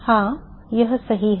हाँ यह सही है